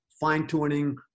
fine-tuning